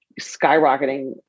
skyrocketing